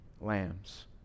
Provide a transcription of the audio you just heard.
lambs